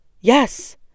yes